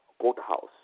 courthouse